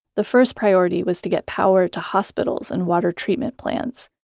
the first priority was to get power to hospitals and water treatment plants.